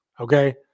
okay